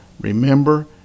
Remember